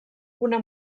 una